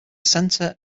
centre